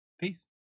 Peace